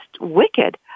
wicked